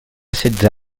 setze